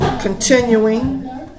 continuing